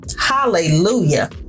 Hallelujah